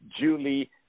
Julie